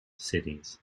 cities